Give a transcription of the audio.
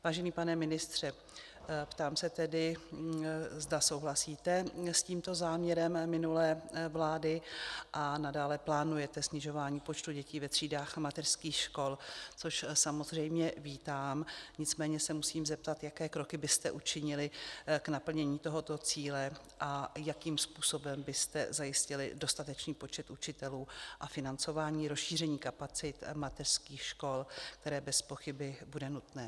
Vážený pane ministře, ptám se tedy, zda souhlasíte s tímto záměrem minulé vlády a nadále plánujete snižování počtu dětí ve třídách mateřských škol, což samozřejmě vítám, nicméně se musím zeptat, jaké kroky byste učinili k naplnění tohoto cíle a jakým způsobem byste zajistili dostatečný počet učitelů a financování rozšíření kapacit mateřských škol, které bezpochyby bude nutné.